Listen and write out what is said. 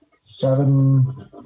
seven